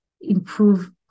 improve